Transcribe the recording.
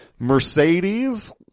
Mercedes